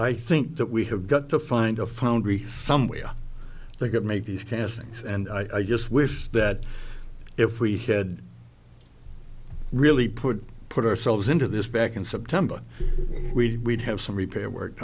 i think that we have got to find a foundry somewhere they could make these castings and i just wish that if we had really put put ourselves into this back in september we have some repair work